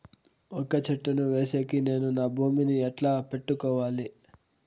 వక్క చెట్టును వేసేకి నేను నా భూమి ని ఎట్లా పెట్టుకోవాలి?